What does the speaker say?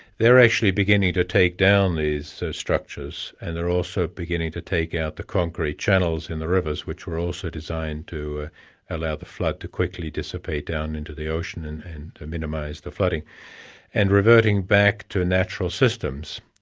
they're actually beginning to take down these so structures, and they're also beginning to take out the concrete channels in the rivers, which were also designed to allow the flood to quickly dissipate down into the ocean and and minimise the flooding and reverting back to natural systems.